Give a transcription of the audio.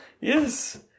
Yes